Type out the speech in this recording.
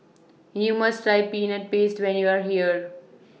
YOU must Try Peanut Paste when YOU Are here